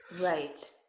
Right